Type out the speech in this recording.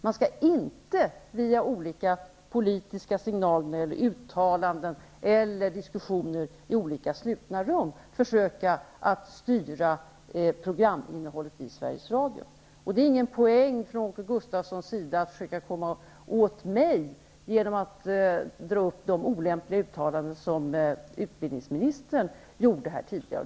Man skall inte via olika politiska signaler, i uttalanden eller vid diskussioner i slutna rum försöka att styra programinnehållet i Sveriges Det är ingen poäng från Åke Gustavssons sida att försöka komma åt mig genom att dra upp de olämpliga uttalanden som utbildningsministern har gjort.